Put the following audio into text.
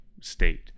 state